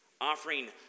offering